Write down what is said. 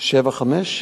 1975?